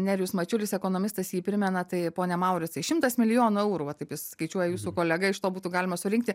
nerijus mačiulis ekonomistas jį primena tai pone mauricai šimtas milijonų eurų va taip skaičiuoja jūsų kolega iš to būtų galima surinkti